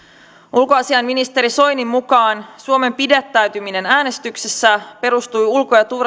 ulkoasiainministeri soinin mukaan suomen pidättäytyminen äänestyksessä perustui ulko ja